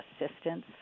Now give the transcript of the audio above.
assistance